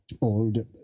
old